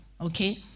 okay